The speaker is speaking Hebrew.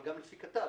אבל גם לפי כט"ר.